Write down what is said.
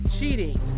Cheating